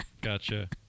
gotcha